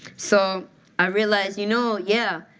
so i realized, you know, yeah,